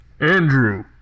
Andrew